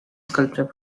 sculpture